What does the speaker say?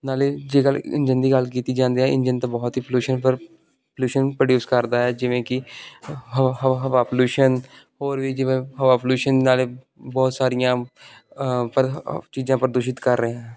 ਨਾਲੇ ਜੇਕਰ ਇੰਜਨ ਦੀ ਗੱਲ ਕੀਤੀ ਜਾਂਦੀ ਆ ਇੰਜਨ ਤਾਂ ਬਹੁਤ ਹੀ ਪੋਲੀਊਸ਼ਨ ਪਰ ਪੋਲੀਊਸ਼ਨ ਪ੍ਰੋਡਿਊਸ ਕਰਦਾ ਹੈ ਜਿਵੇਂ ਕਿ ਹਵਾ ਪੋਲੀਊਸ਼ਨ ਹੋਰ ਵੀ ਜਿਵੇਂ ਹਵਾ ਪੋਲੀਊਸ਼ਨ ਨਾਲੇ ਬਹੁਤ ਸਾਰੀਆਂ ਚੀਜ਼ਾਂ ਪ੍ਰਦੂਸ਼ਿਤ ਕਰ ਰਹੇ ਹਾਂ